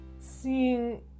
seeing